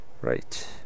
right